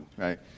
Right